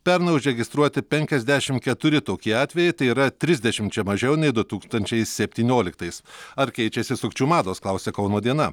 pernai užregistruoti penkiasdešim keturi tokie atvejai tai yra trisdešimčia mažiau nei du tūkstančiai septynioliktais ar keičiasi sukčių mados klausia kauno diena